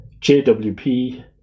JWP